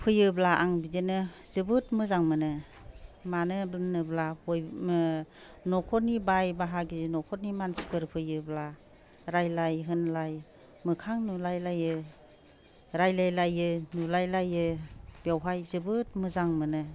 फैयोब्ला आं बिदिनो जोबोर मोजां मोनो मानो होनोब्ला बयबो न'खरनि बाय बाहागि न'खरनि मानसिफोर फैयोब्ला रायज्लाय होनलाय मोखां नुलायलायो रायज्लायलायो बुलायलायो बेवहाय जोबोर मोजां मोनो